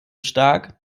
stark